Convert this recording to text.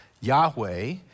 Yahweh